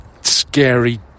Scary